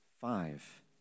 Five